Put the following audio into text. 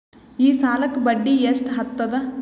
ಈ ಸಾಲಕ್ಕ ಬಡ್ಡಿ ಎಷ್ಟ ಹತ್ತದ?